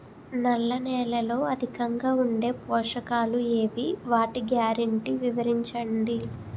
నల్ల నేలలో అధికంగా ఉండే పోషకాలు ఏవి? వాటి గ్యారంటీ వివరించండి?